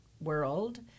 world